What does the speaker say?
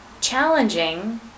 challenging